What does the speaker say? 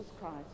Christ